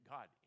God